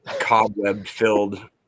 cobweb-filled